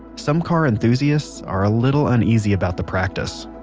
some car enthusiasts are a little uneasy about the practice